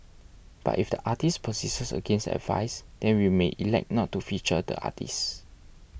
but if the artist persists against advice then we may elect not to feature the artist